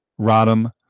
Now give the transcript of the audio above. Rodham